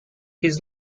his